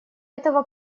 этого